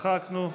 מחקנו.